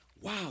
Wow